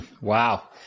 Wow